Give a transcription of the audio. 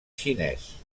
xinès